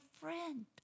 friend